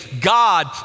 God